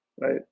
right